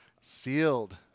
Sealed